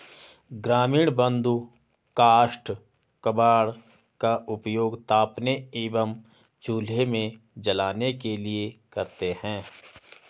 ग्रामीण बंधु काष्ठ कबाड़ का उपयोग तापने एवं चूल्हे में जलाने के लिए करते हैं